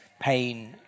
pain